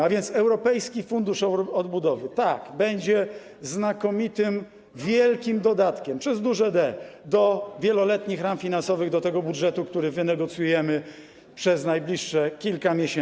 A więc europejski fundusz odbudowy, tak, będzie znakomitym, wielkim dodatkiem przez duże D do wieloletnich ram finansowych, do tego budżetu, który wynegocjujemy przez najbliższe kilka miesięcy.